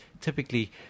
typically